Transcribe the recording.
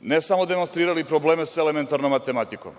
ne samo demonstrirali probleme sa elementarnom matematikom